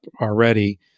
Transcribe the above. already